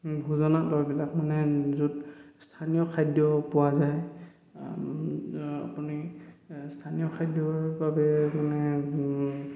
ভোজনালয়বিলাক মানে য'ত স্থানীয় খাদ্য পোৱা যায় আপুনি স্থানীয় খাদ্যৰ বাবে মানে